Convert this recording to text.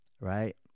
Right